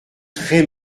très